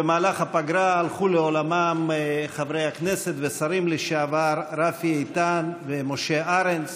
במהלך הפגרה הלכו לעולמם חברי הכנסת והשרים לשעבר רפי איתן ומשה ארנס.